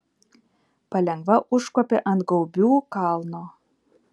palengva užkopė ant gaubių kalno